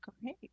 Great